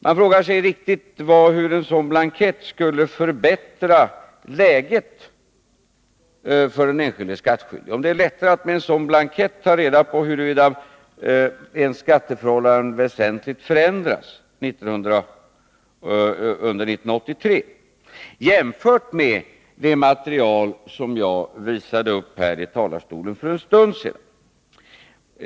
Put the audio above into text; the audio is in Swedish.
Jag frågar mig hur en sådan blankett skulle förbättra situationen för den enskilde skattskyldige. Jag undrar om det är lättare att ta reda på huruvida ens skatteförhållanden väsentligt förändras under 1983 med en sådan blankett än med det material som jag talade om för en stund sedan.